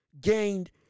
gained